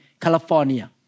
California